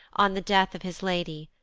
on the death of his lady.